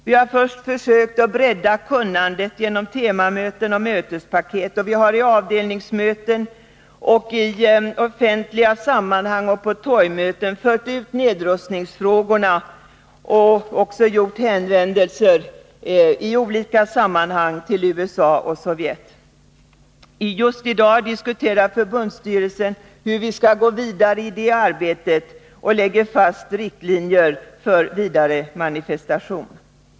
Vi har försökt bredda kunnandet genom temamöten och mötespaket. Vi har i avdelningsmöten och i offentliga sammanhang och på torgmöten fört ut nedrustningsfrågorna och också gjort hänvändelser till USA och Sovjet i olika sammanhang. Just i dag diskuterar förbundsstyrelsen hur vi skall gå vidare i arbetet och lägger fast riktlinjer för vidare manifestation.